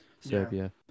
Serbia